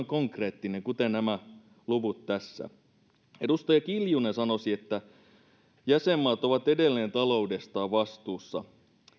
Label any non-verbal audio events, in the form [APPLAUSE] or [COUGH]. [UNINTELLIGIBLE] konkreettinen kuten nämä luvut tässä edustaja kiljunen sanoi että jäsenmaat ovat edelleen taloudestaan vastuussa